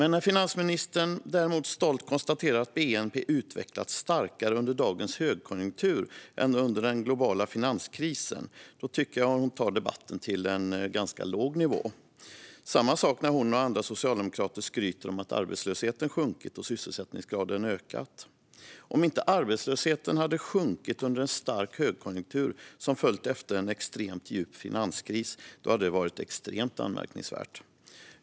När finansministern däremot stolt konstaterar att bnp utvecklats starkare under dagens högkonjunktur än under den globala finanskrisen tycker jag att hon tar debatten till en ganska låg nivå. Det är samma sak när hon och andra socialdemokrater skryter om att arbetslösheten har sjunkit och sysselsättningsgraden ökat. Om inte arbetslösheten hade sjunkit under en stark högkonjunktur som följt efter en extremt djup finanskris hade det varit extremt anmärkningsvärt.